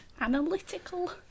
Analytical